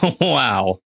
wow